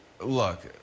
Look